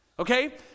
okay